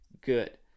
good